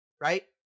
right